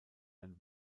ein